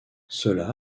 cela